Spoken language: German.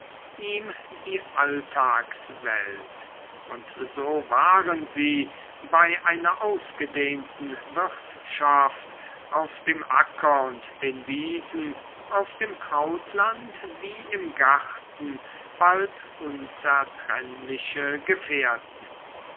ihm die alltagswelt und so waren sie bei einer ausgedehnten wirtschaft auf dem acker und den wiesen auf dem krautland wie im garten bald unzertrennliche gefährten